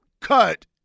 cut